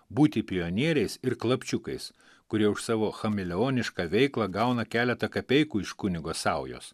būti pionieriais ir klapčiukais kurie už savo chameleonišką veiklą gauna keletą kapeikų iš kunigo saujos